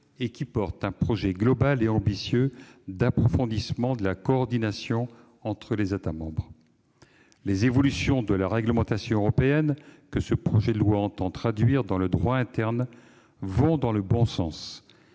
défendant un projet global et ambitieux d'approfondissement de la coordination entre les États membres. Les évolutions de la réglementation européenne que ce projet de loi vise à traduire dans le droit interne vont dans le bon sens.